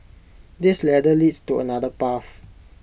this ladder leads to another path